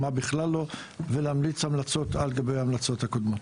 למה בכלל לא ולהמליץ המלצות על גבי ההמלצות הקודמות.